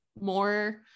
more